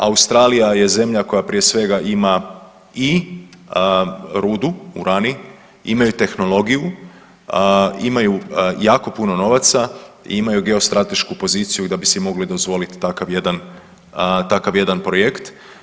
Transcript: Australija je zemlja koja prije svega ima i rudu, uranij, imaju tehnologiju, imaju jako puno novaca, imaju geostratešku poziciju da bi si mogli dozvoliti takav jedan projekt.